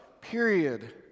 period